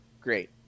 Great